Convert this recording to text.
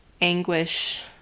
anguish